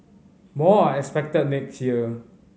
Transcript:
more are expected next year